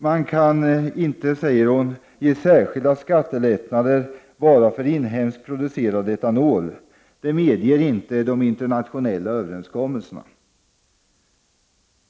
Man kan inte heller, säger hon, ge särskilda skattelättnader bara för inhemskt producerad etanol. Det medger inte de internationella överenskommelserna.